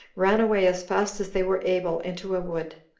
ran away as fast as they were able into a wood,